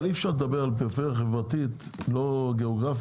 אבל אי אפשר לדבר על פריפריה חברתית לא גיאוגרפית,